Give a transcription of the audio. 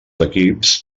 equips